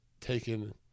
taken